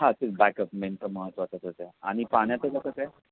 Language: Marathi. हां ते बॅकप मेनचं महत्वाचंचं आहे आणि पाण्याचं कसं काय